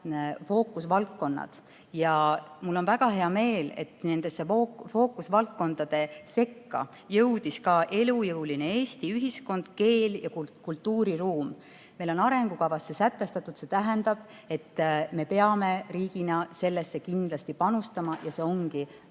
fookusvaldkonnad. Mul on väga hea meel, et nende fookusvaldkondade sekka jõudis ka elujõuline Eesti ühiskond, keel ja kultuuriruum. Meil on see arengukavas sätestatud ja see tähendab, et me peame riigina sellesse kindlasti panustama. Ja see ongi